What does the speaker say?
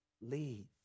leave